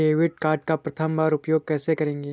Debit card का प्रथम बार उपयोग कैसे करेंगे?